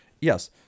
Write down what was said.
Yes